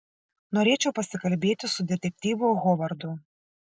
norėčiau pasikalbėti su detektyvu hovardu